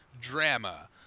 drama